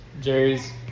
Jerry's